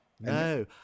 No